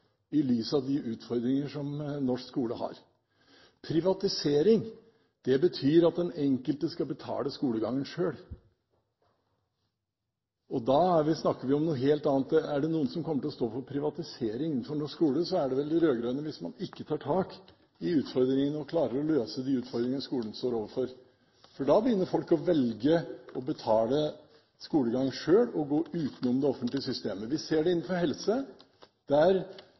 i lys av de utfordringer som norsk skole har. Privatisering betyr at den enkelte skal betale skolegangen selv. Da snakker vi om noe helt annet. Er det noen som kommer til å stå for privatisering innenfor norsk skole, er det de rød-grønne, hvis man ikke tar tak i og klarer å løse de utfordringene skolen står overfor. Da begynner folk å velge å betale skolegangen selv og gå utenom det offentlige systemet. Vi ser det innenfor helse. Der